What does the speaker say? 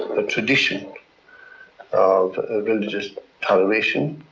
a tradition of religious toleration.